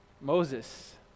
Moses